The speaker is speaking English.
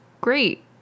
great